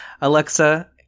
Alexa